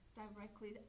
directly